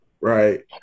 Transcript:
right